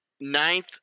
Ninth